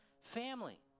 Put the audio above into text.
family